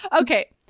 Okay